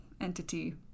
entity